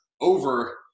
over